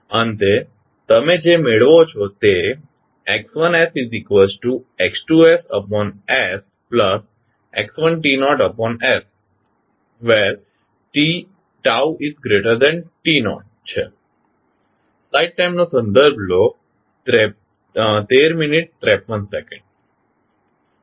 તેથી અંતે તમે જે મેળવો છો તે X1sX2sx1sτt0 છે